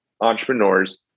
entrepreneurs